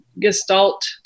gestalt